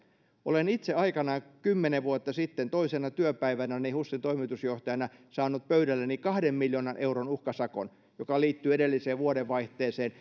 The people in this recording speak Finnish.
olen itse aikanaan kymmenen vuotta sitten toisena työpäivänäni husin toimitusjohtajana saanut pöydälleni kahden miljoonan euron uhkasakon joka liittyi edelliseen vuodenvaihteeseen